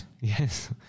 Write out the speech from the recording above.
Yes